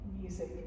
music